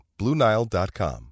BlueNile.com